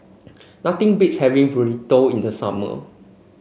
nothing beats having Burrito in the summer